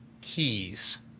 keys